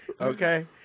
Okay